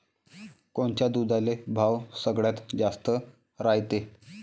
कोनच्या दुधाले भाव सगळ्यात जास्त रायते?